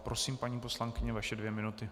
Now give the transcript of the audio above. Prosím, paní poslankyně, vaše dvě minuty.